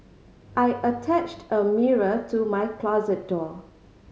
I attached a mirror to my closet door